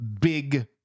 big